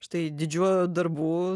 štai didžiuoju darbu